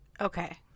Okay